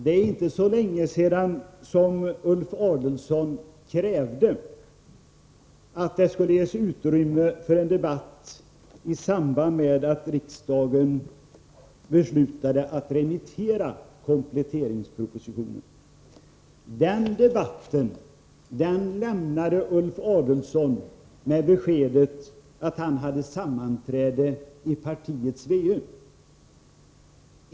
Det är inte så länge sedan som Ulf Adelsohn krävde att det skulle ges utrymme för en debatt i samband med att riksdagen beslutade remittera kompletteringspropositionen. Den debatten lämnade Ulf Adelsohn med beskedet att han hade sammanträde i partiets VU.